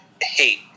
hate